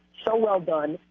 so well done,